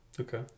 Okay